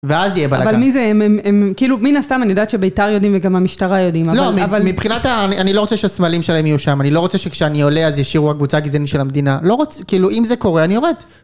ואז יהיה בלגן. אבל מי זה, הם כאילו, מן הסתם, אני יודעת שביתר יודעים וגם המשטרה יודעים. לא, מבחינת, האני לא רוצה שהסמלים שלהם יהיו שם, אני לא רוצה שכשאני עולה אז ישירו הקבוצה הגזענית של המדינה. לא רוצה, כאילו, אם זה קורה, אני יורד.